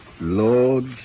Lord